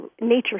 nature